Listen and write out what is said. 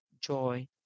joy